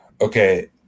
Okay